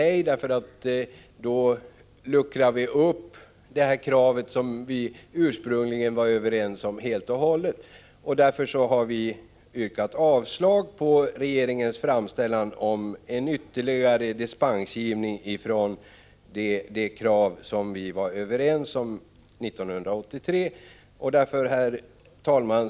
1985/86:38 Om regeringens förslag godkänns, luckrar vi helt och hållet upp det kravsom 27november 1985 vi ursprungligen var ense om. Därför har vi yrkat avslag på regeringens framställning om en ytterligare dispensgivning från det krav som vi var Konsolideringsfond överens om 1983. för allmännyttiga bostadsföretag Herr talman!